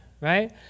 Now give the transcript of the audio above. right